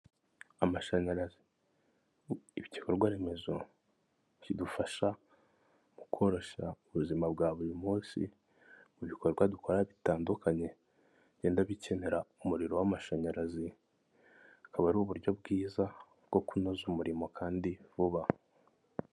Amashanyarazi ibikorwa remezo bidufasha mu koroshya ubuzima bwa buri munsi mu bikorwa dukora bitandukanye bigenda bikenera umuriro w'amashanyarazi, akaba ari uburyo bwiza bwo kunoza umurimo kandi vuba.